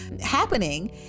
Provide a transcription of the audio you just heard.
happening